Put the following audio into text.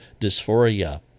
dysphoria